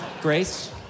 Grace